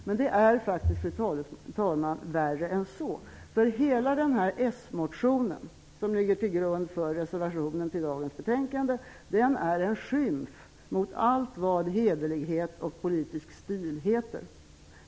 Men det är, fru talman, värre än så. Hela den socialdemokratiska motionen som ligger till grund för reservationen som är fogad till dagens betänkande är en skymf mot allt vad hederlighet och politisk stil heter.